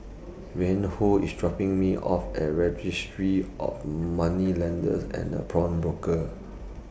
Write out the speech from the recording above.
Reinhold IS dropping Me off At Registry of Moneylenders and Pawnbrokers